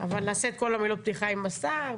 אבל נאמר את כל מילות הפתיחה עם השר.